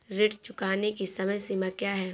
ऋण चुकाने की समय सीमा क्या है?